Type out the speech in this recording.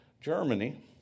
Germany